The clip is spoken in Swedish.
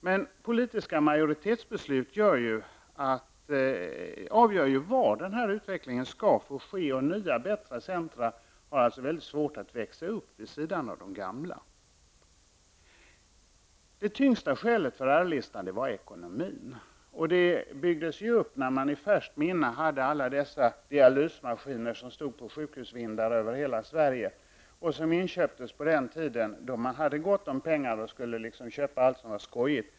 Men politiska majoritetsbeslut avgör var den här utvecklingen skall få ske, och nya och bättre centra har väldigt svårt att växa upp vid sidan av de gamla. Det tyngsta skälet för R-listan var ekonomin, och det byggdes upp när man i färskt minne hade alla dessa dialysmaskiner som stod på sjukhusvindar över hela Sverige och som köptes in på den tiden då man hade gott om pengar och skulle köpa allt som var skojigt.